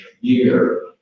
year